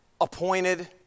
appointed